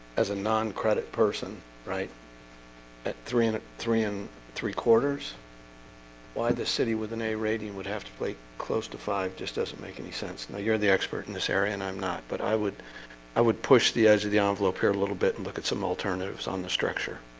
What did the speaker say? as a non-credit person right at three hundred ah three and three-quarters why the city with an a rating would have to play close to five just doesn't make any sense? no, you're the expert in this area and i'm not but i would i would push the edge of the ah envelope here a little bit and look at some alternatives on the structure